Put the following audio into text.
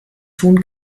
tun